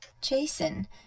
Jason